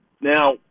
now